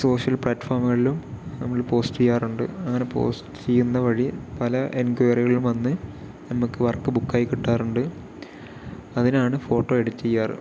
social പ്ലാറ്റ്ഫോമുകളിലും നമ്മള് post ചെയ്യാറുണ്ട് അങ്ങനെ പോസ്റ്റ് ചെയ്യുന്ന വഴി പല എൻക്വയ്റികളും വന്ന് നമുക്ക് വർക്ക് ബുക്ക് ആയി കിട്ടാറുണ്ട് അതിനാണ് ഫോട്ടോ എഡിറ്റ് ചെയ്യാറ്